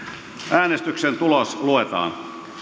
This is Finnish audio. äänestyksen tulos luetaan